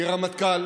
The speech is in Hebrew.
כרמטכ"ל